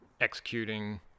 executing